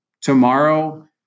tomorrow